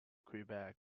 quebec